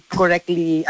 correctly